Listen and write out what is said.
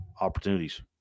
opportunities